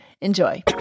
Enjoy